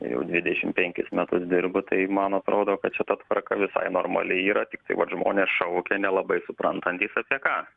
jau dvidešim penkis metus dirbu tai man atrodo kad čia ta tvarka visai normali yra tiktai vat žmonės šaukia nelabai suprantantys apie ką